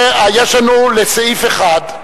יש לנו הסתייגות לסעיף 1 של